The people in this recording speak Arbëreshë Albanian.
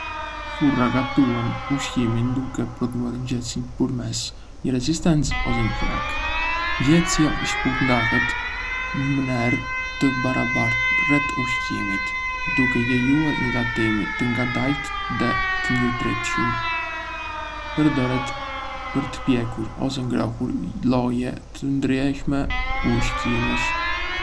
Furra gatuan ushqimin duke prodhuar nxehtësi përmes një rezistence ose një flake. Nxehtësia shpërndahet në mënyrë të barabartë rreth ushqimit, duke lejuar një gatim të ngadaltë dhe të njëtrajtshëm. Përdoret për të pjekur ose ngrohur lloje të ndryshme ushqimesh.